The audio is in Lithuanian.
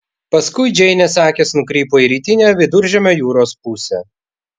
paskui džeinės akys nukrypo į rytinę viduržemio jūros pusę